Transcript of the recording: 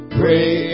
pray